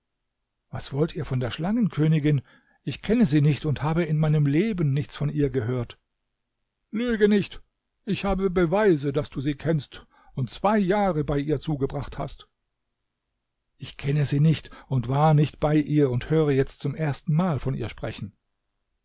was wollt ihr von der schlangenkönigin ich kenne sie nicht und habe in meinem leben nichts von ihr gehört lüge nicht ich habe beweise daß du sie kennst und zwei jahre bei ihr zugebracht hast ich kenne sie nicht und war nicht bei ihr und höre jetzt zum ersten mal von ihr sprechen